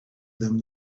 them